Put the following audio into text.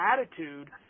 attitude